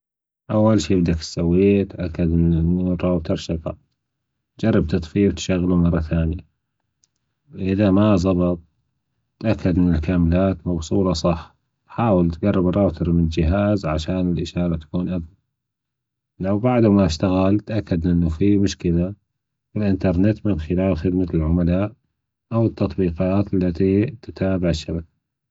أول شي بدك تسويه أتأكد أن الروتر شغال جرب تطفيه وتشغله مرة تانية إذا ما ظبط أتأكد من أن الكبلات موصوله صح حاول تجرب الراوتر من الجهاز عشان الأشارة تكون أجوى لو بعده ما أشتغل أتأكد أن في مشكلة ف الانترنت من خلال خدمة العملاء أو التطبيقاات التي تتابع الشبكة.